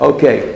Okay